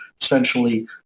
essentially